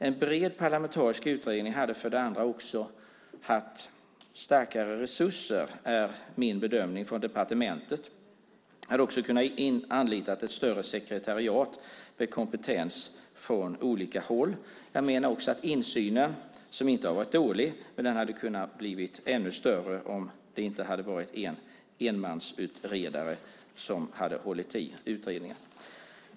En bred parlamentarisk utredning hade också haft starkare resurser från departementet; det är min bedömning. Ett större sekretariat hade också kunnat anlitas med kompetens från olika håll. Jag menar också att insynen - som inte har varit dålig - hade kunnat bli ännu större om det inte hade varit bara en ensamutredare som höll i utredningen.